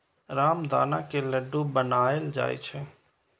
रामदाना के लड्डू बनाएल जाइ छै